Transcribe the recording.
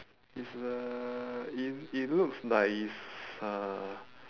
is the it it looks like it's uh